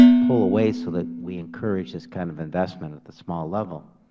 pull away so that we encourage this kind of investment at the small level?